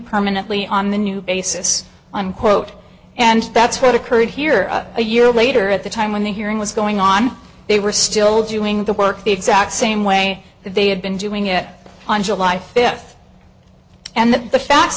permanently on the new basis unquote and that's what occurred here a year later at the time when the hearing was going on they were still doing the work the exact same way they had been doing it on july fifth and the facts